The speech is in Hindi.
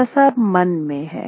यह सब मन में है